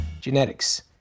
Genetics